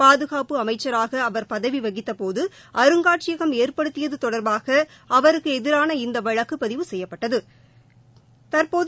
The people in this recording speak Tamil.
பாதுகாப்பு அமைச்சராக அவர் பதவி வகித்தபோது அருங்னட்சியகம் ஏற்படுத்தியது தொடர்பாக அவருக்கு எதிரான இந்த வழக்கு பதிவு செய்யப்பட்டது